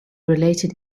related